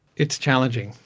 it's challenging.